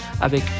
avec